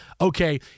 okay